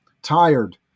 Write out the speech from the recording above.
tired